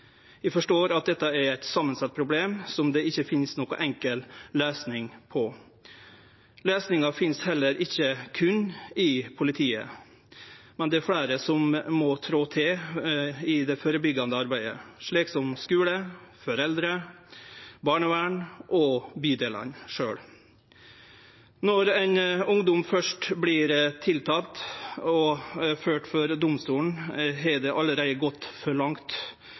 Eg forstår at dette er eit samansett problem som det ikkje finst noka enkel løysing på. Løysinga finst heller ikkje i politiet aleine. Det er fleire som må trå til i det førebyggjande arbeidet, slik som skule, foreldre, barnevern og bydelane sjølve. Når ein ungdom først vert tiltalt og ført for domstolen, har det allereie gått for langt,